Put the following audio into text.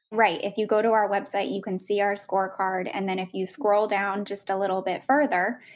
right. if you go to our website, you can see our scorecard, and then if you scroll down just a little bit further,